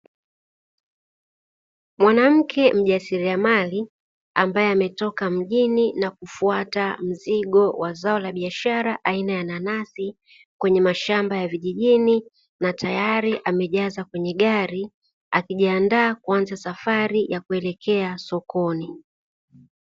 Mwanamke mjasiriamali ambaye ametoka mjini na kufuata mzigo wa biashara aina ya nanasi, kwenye mashamba ya vijijini, na tayari amejaza kwenye gari, akijiandaa kuanza safari ya kuelekea sokoni.